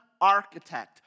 architect